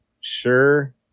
sure